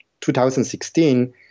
2016